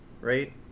right